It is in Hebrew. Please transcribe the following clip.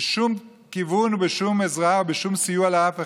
ושום כיוון ושום עזרה ושום סיוע לאף אחד,